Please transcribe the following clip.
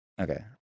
Okay